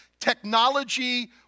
technology